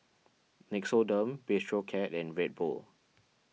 Nixoderm Bistro Cat and Red Bull